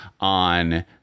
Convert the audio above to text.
on